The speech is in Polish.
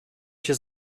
się